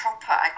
proper